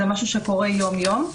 זה משהו שקורה יום-יום.